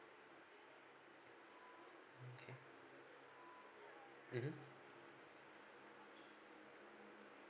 okay mmhmm